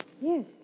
Yes